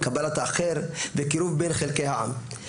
קבלת האחר וקירוב בין חלקי העם.